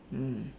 mm